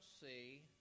see